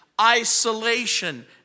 isolation